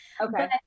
Okay